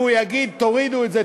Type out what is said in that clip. והוא יגיד: תורידו את זה,